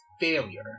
failure